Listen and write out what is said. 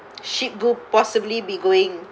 she'd go possibly be going